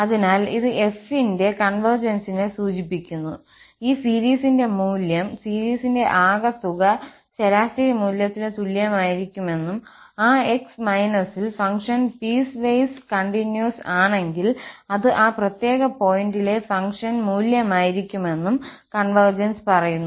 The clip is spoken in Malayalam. അതിനാൽ ഇത് f ന്റെ കൺവെർജൻസിനെ സൂചിപ്പിക്കുന്നു ഈ സീരീസിന്റെ മൂല്യം സീരീസിന്റെ ആകെത്തുക ശരാശരി മൂല്യത്തിന് തുല്യമായിരിക്കുമെന്നും ആ x ൽ ഫംഗ്ഷൻ പീസ്വൈസ് കണ്ടിന്യൂസ് ആണെങ്കിൽ അത് ആ പ്രത്യേക പോയിന്റിലെ ഫംഗ്ഷൻ മൂല്യമായിരിക്കുമെന്നും കൺവെർജൻസ് പറയുന്നു